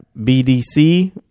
BDC